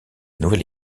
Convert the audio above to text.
nouvelle